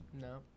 No